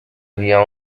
vient